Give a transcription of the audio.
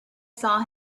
saw